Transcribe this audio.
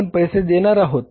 आपण पैसे देणार आहोत